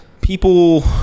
People